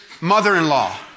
mother-in-law